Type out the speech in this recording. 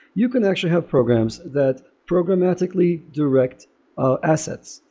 you can actually have programs that programmatically direct ah assets,